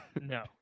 no